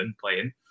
playing